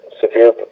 severe